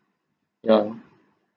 yeah